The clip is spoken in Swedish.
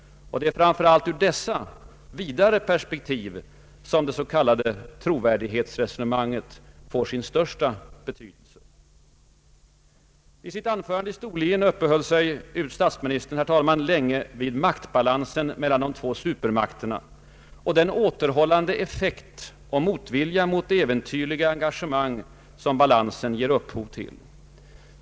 Det är framför allt ur dessa vidare perspektiv som det så kallade trovärdighetsresonemanget får sin största betydelse. Herr talman! I sitt anförande i Storlien uppehöll sig statsministern länge vid maktbalansen mellan de två supermakterna och den återhållande effekt och motvilja mot äventyrliga engagemang som balansen ger upphov till.